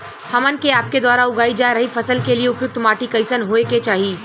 हमन के आपके द्वारा उगाई जा रही फसल के लिए उपयुक्त माटी कईसन होय के चाहीं?